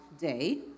day